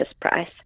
price